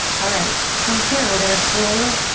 alright, from here, we're gonna slowly